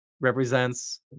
represents